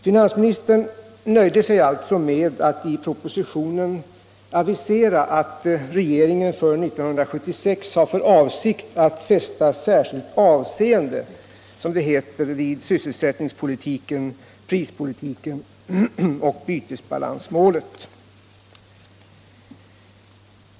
Finansministern nöjde sig alltså med att i propositionen avisera att regeringen för 1976 har för avsikt att fästa särskilt avseende, som det heter, vid sysselsättningspolitiken, prispolitiken och bytesbalansmålet.